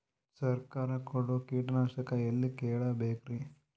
ಸರಕಾರ ಕೊಡೋ ಕೀಟನಾಶಕ ಎಳ್ಳಿ ಕೇಳ ಬೇಕರಿ?